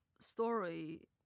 story